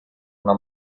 una